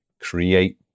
create